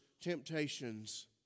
temptations